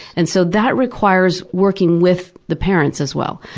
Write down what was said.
and so, that requires working with the parents as well.